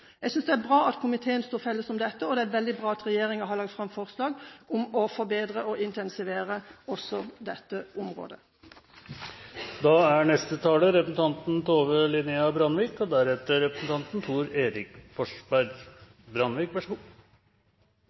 Det er bra at komiteen står felles om dette, og det er veldig bra at regjeringen har lagt fram forslag om å forbedre og intensivere arbeidet også på dette området. Meld. St. 29 handler også om petroleumssektoren, som har en veldig sterk og